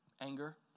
anger